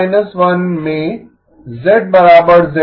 तो GN−1 में z z0 पर पोल है